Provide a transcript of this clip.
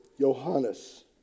Johannes